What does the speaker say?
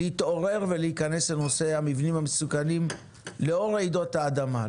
עלינו להתעורר ולהיכנס לנושא המבנים המסוכנים לאור רעידות האדמה.